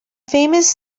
famous